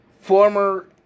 former